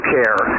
Care